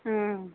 उम